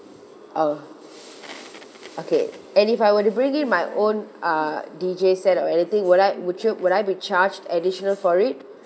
oh okay and if I were to bring in my own uh D_J set or anything would I would you would I be charged additional for it